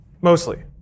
mostly